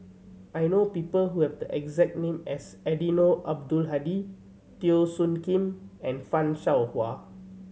I know people who have the exact name as Eddino Abdul Hadi Teo Soon Kim and Fan Shao Hua